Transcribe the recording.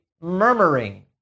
murmuring